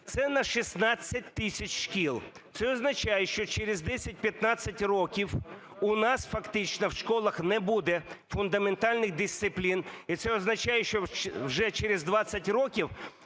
Це на 16 тисяч шкіл! Це означає, що через 10-15 років у нас фактично в школах не буде фундаментальних дисциплін, і це означає, що вже через 20 років